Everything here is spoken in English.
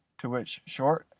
to which short,